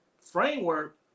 framework